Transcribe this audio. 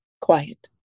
quiet